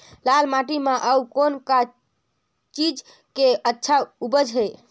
लाल माटी म अउ कौन का चीज के अच्छा उपज है?